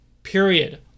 period